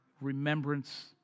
remembrance